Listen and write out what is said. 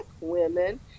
women